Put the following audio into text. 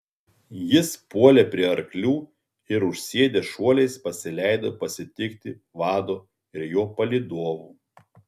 jie puolė prie arklių ir užsėdę šuoliais pasileido pasitikti vado ir jo palydovų